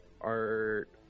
Art